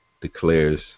declares